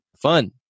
fun